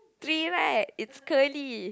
three right it's curly